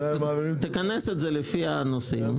תכנס את זה לפי הנושאים,